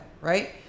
right